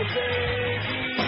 baby